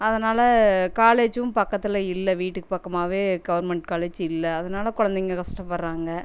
அதனால காலேஜும் பக்கத்தில் இல்லை வீட்டுக்கு பக்கமாகவே கவர்மெண்ட் காலேஜ் இல்லை அதனால கொழந்தைங்க கஷ்டப்பட்றாங்க